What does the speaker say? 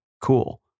cool